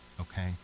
okay